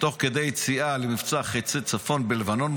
ובתוך כך היציאה למבצע חיצי צפון בלבנון,